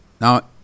Now